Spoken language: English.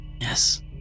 Yes